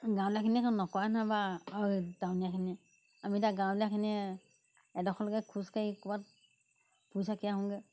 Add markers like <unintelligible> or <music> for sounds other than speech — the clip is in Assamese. গাঁৱলীয়া খিনিয়ে কাম নকৰে নহয় বা <unintelligible> টাউনিয়া খিনিয়ে আমি এতিয়া গাঁৱলীয়াখিনিয়ে এডখলৈকে খোজকে ক'বাত ফুৰি চাকি আহোঁগে